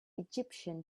egyptian